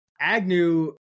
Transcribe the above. Agnew